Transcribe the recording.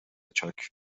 چاک